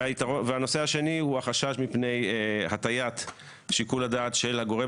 הנושא השני הוא חשש מפני הטיית שיקול הדעת של הגורם